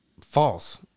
False